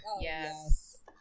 yes